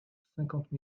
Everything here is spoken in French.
cinquante